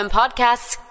podcasts